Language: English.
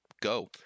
go